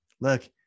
look